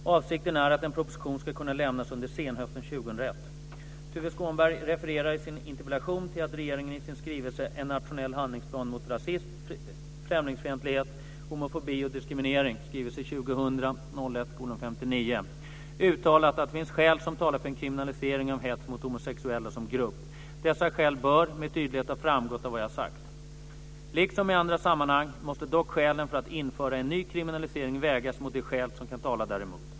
Avsikten är att en proposition ska kunna lämnas under senhösten 2001. Tuve Skånberg refererar i sin interpellation till att regeringen i sin skrivelse En nationell handlingsplan mot rasism, främlingsfientlighet, homofobi och diskriminering uttalat att det finns skäl som talar för en kriminalisering av hets mot homosexuella som grupp. Dessa skäl bör med tydlighet ha framgått av vad jag har sagt. Liksom i andra sammanhang måste dock skälen för att införa en ny kriminalisering vägas mot de skäl som kan tala däremot.